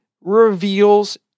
reveals